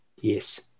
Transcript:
Yes